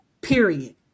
period